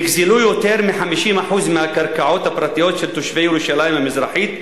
נגזלו יותר מ-50% מהקרקעות הפרטיות של תושבי ירושלים המזרחית,